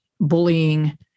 bullying